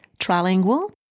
trilingual